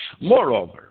Moreover